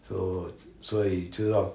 so 所以就要